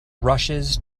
rushes